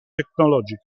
tecnologica